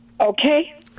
Okay